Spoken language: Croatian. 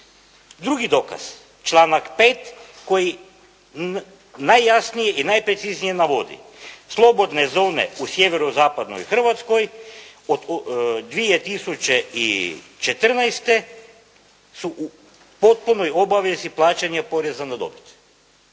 Drugi dokaz, članak 5. koji najjasnije i najpreciznije navodi, slobodne zone u sjevero-zapadnoj Hrvatskoj od 2014. su u potpunoj obavezi plaćanja poreza na dobit.